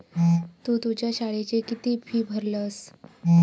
तु तुझ्या शाळेची किती फी भरलस?